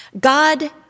God